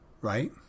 right